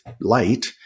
light